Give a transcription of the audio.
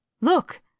look